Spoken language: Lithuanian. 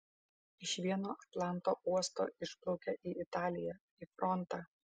iš vieno atlanto uosto išplaukia į italiją į frontą